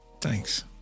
Thanks